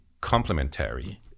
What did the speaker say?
complementary